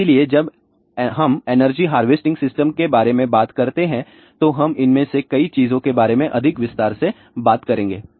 इसलिए जब हम एनर्जी हार्वेस्टिंग सिस्टम के बारे में बात करते हैं तो हम इनमें से कुछ चीजों के बारे में अधिक विस्तार से बात करेंगे